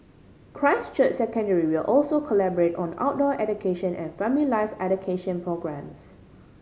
Christ Church Secondary will also collaborate on outdoor education and family life education programmes